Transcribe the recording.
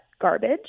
garbage